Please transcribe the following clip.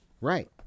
right